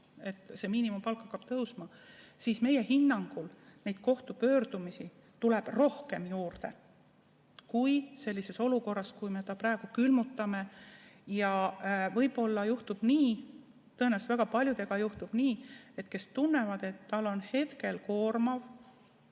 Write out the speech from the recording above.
ja et miinimumpalk hakkab tõusma, siis meie hinnangul tuleb neid kohtusse pöördumisi juurde rohkem kui sellises olukorras, kui me selle praegu külmutame. Ja võib-olla juhtub nii, tõenäoliselt väga paljudega juhtubki nii, et nad tunnevad, et neile on see hetkel koormav,